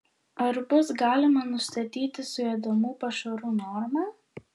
ar bus galima nustatyti suėdamų pašarų normą